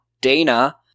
Dana